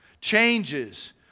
Changes